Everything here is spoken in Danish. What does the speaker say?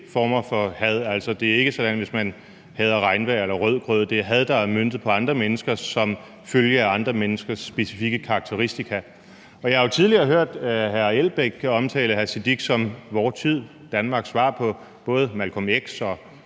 det er ikke det, at man hader regnvejr eller rødgrød – det er had, der er møntet på andre mennesker som følge af andre menneskers specifikke karakteristika. Og jeg har jo tidligere hørt hr. Uffe Elbæk omtale hr. Sikandar Siddique som vor tids og Danmarks svar på både Malcolm X og